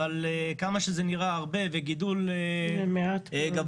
אבל למרות שזה נראה גידול גבוה,